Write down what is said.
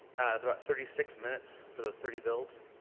that's about thirty six minutes for those thirty builds,